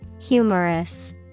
Humorous